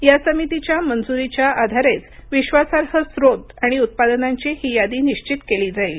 या समितीच्या मंजुरीच्या आधारेच विश्वासार्ह स्रोत आणि उत्पादनांची ही यादी निश्वित केली जाईल